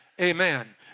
Amen